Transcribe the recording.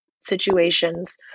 situations